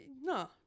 No